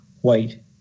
white